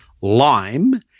lime